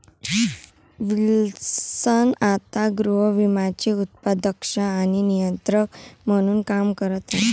Wilson आता गृहविम्याचे उपाध्यक्ष आणि नियंत्रक म्हणून काम करत आहेत